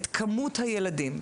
ואת כמות הילדים,